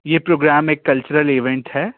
ये प्रोग्राम एक cultural event है